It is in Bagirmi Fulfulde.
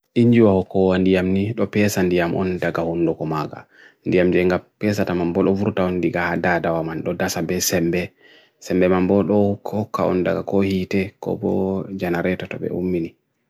Injua ho ko an diyamni, do paesan diyam ondaga ondaga kumaga. Diyam diyam ga paesata mambool ovru ta ondega hadada wa man do dasa besembe. Sembe mambool ho ko ka ondaga kohite ko bo generator to be ummi ni.